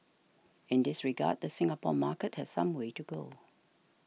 in this regard the Singapore market has some way to go